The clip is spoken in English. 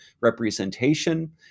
representation